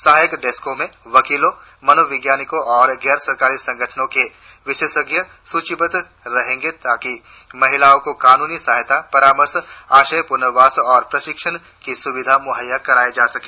सहायता डेस्कों में वकीलों मनोवैज्ञानिकों और गैर सरकारी संगठनों के विशेषज्ञ सूचिबद्ध रहेंगे ताकि महिलाओं को कानूनी सहायता परामर्श आश्रय पूर्नवास और प्रशिक्षण की सुविधा मुहैया कराई जा सके